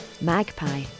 Magpie